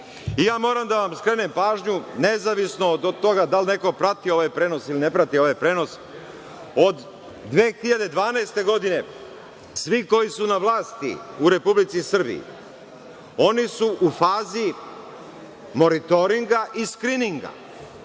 Moram da vam skrenem pažnju, nezavisno od toga da li neko prati ovaj prenos ili ne prati ovaj prenos, od 2012. godine svi koji su na vlasti u Republici Srbiji oni su fazi monitoringa i skrininga.